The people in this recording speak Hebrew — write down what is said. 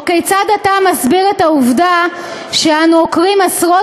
או: 'כיצד אתה מסביר את העובדה שאנו עוקרים עשרות